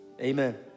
Amen